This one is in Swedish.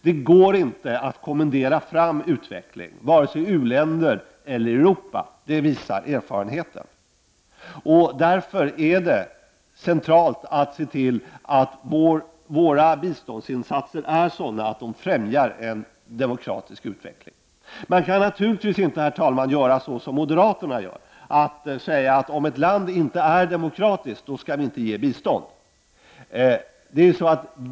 Det går inte att kommendera fram utveckling, varken u-länder eller i Europa, det visar erfarenheten. Därför är det av central betydelse att se till att våra biståndsinsatser är sådana att de främjar en demokratisk utveckling. Herr talman! Man kan naturligtvis inte göra som moderaterna gör, nämligen att säga att om ett land inte är demokratiskt så skall vi inte ge bistånd till det landet.